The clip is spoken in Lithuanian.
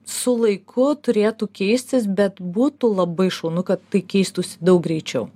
su laiku turėtų keistis bet būtų labai šaunu kad tai keistųsi daug greičiau